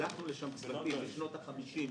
שלחנו לשם צוותים בשנות ה-50,